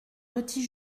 petit